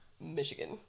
Michigan